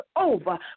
over